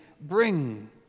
bring